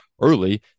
early